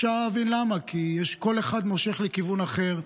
אפשר להבין למה: כי כל אחד מושך לכיוון אחר,